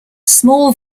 small